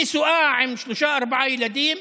נשואה עם שלושה, ארבעה ילדים,